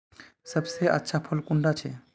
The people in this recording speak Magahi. सबसे अच्छा फुल कुंडा छै?